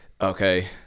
okay